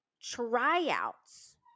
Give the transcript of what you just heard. Tryouts